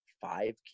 five